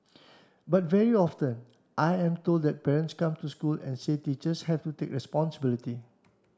but very often I am told that parents come to school and say teachers have to take responsibility